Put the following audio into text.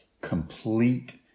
complete